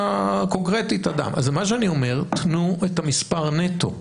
אז מה שאני אומר, תנו את המספר נטו.